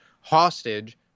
hostage